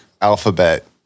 alphabet